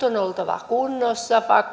on oltava kunnossa